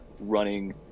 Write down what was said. running